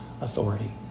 authority